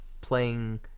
playing